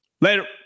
Later